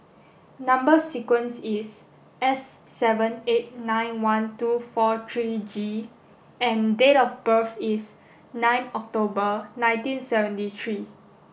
number sequence is S seven eight nine one two four three G and date of birth is nine October nineteen seventy three